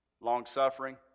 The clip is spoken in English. long-suffering